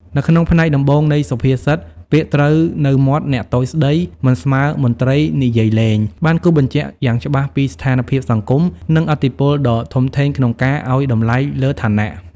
នៅក្នុងផ្នែកដំបូងនៃសុភាសិត "ពាក្យត្រូវនៅមាត់អ្នកតូចស្តី មិនស្មើមន្ត្រីនិយាយលេង" បានគូសបញ្ជាក់យ៉ាងច្បាស់ពីស្ថានភាពសង្គម និងឥទ្ធិពលដ៏ធំធេងក្នុងការអោយតម្លៃលើឋានៈ។